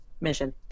Mission